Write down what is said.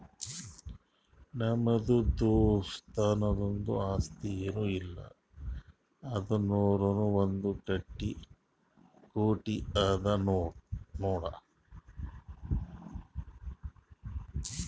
ನಮ್ದು ದೋಸ್ತುಂದು ಆಸ್ತಿ ಏನ್ ಇಲ್ಲ ಅಂದುರ್ನೂ ಒಂದ್ ಕೋಟಿ ಅದಾ ನೋಡ್